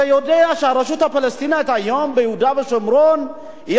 אתה יודע שהרשות הפלסטינית היום ביהודה ושומרון היא